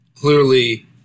Clearly